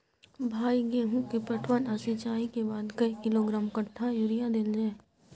भाई गेहूं के पटवन आ सिंचाई के बाद कैए किलोग्राम कट्ठा यूरिया देल जाय?